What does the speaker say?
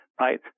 right